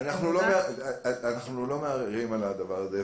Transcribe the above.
ראה עמוד בקיצור, שיידעו שאנחנו משנים פה משהו.